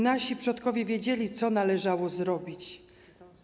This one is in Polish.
Nasi przodkowie wiedzieli, co należało zrobić.